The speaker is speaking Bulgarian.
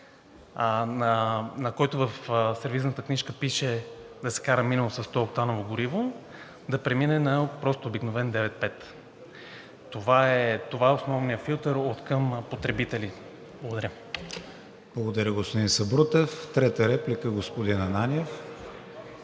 на когото в сервизната книжка пише да се кара минимум със 100-октаново гориво, да премине на прост, обикновен 95. Това е основният филтър откъм потребители. Благодаря. ПРЕДСЕДАТЕЛ КРИСТИАН ВИГЕНИН: Благодаря, господин Сабрутев. Трета реплика – господин Ананиев.